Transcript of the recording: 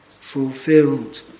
fulfilled